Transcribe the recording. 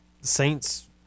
Saints